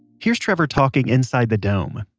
here's trevor talking inside the dome.